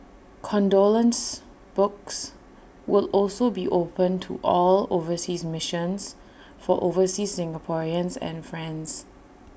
condolence books will also be opened to all overseas missions for overseas Singaporeans and friends